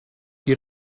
you